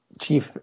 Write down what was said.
chief